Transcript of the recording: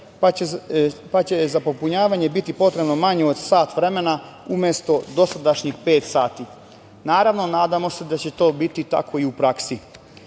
pa će za popunjavanje biti potrebno manje od sat vremena umesto dosadašnjih pet sati. Naravno, nadamo se da će to biti tako i u